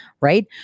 right